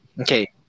Okay